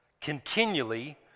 continually